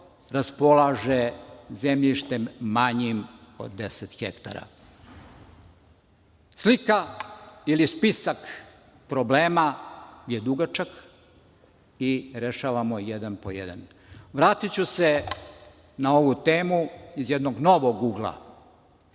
raspolaže zemljištem manjim od 10 hektara. Slika ili spisak problema je dugačak i rešavamo jedan po jedan. Vratiću se na ovu temu iz jednog novog ugla.